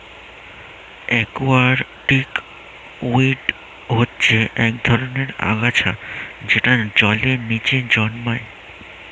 aquatic weed হচ্ছে এক ধরনের আগাছা যেটা জলের নিচে জন্মায়